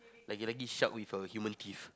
like a lagi shark with a human teeth